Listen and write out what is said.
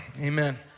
amen